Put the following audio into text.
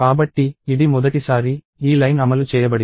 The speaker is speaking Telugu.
కాబట్టి ఇది మొదటిసారి ఈ లైన్ అమలు చేయబడింది